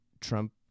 Trump